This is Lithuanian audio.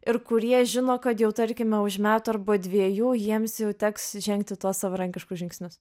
ir kurie žino kad jau tarkime už metų arba dviejų jiems jau teks žengti tuo savarankiškus žingsnius